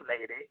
lady